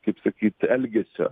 kaip sakyt elgesio